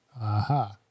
Aha